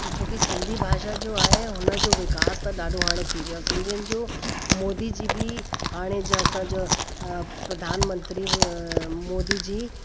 कि छोकी सिंधी भाषा जो आहे हुन जो विकास त ॾाढो हाणे थी वियो आहे सिंधियुनि जो मोदी जी बि हाणे जा असांजा प्रधानमंत्री मोदी जी